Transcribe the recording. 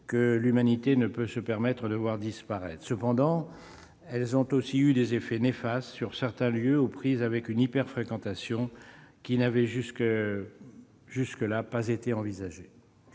que l'humanité ne peut se permettre de voir disparaître. Cependant, elles ont aussi eu des effets néfastes sur certains lieux aux prises avec une hyper-fréquentation qui n'avait jusque-là pas été envisagée.